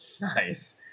nice